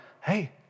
hey